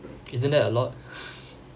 isn't that a lot